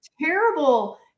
terrible